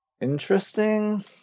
interesting